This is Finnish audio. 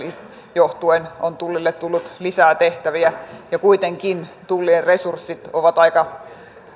johtuen on tullille tullut lisää tehtäviä ja kuitenkin tullin resurssit ovat aika